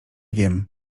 wiem